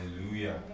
Hallelujah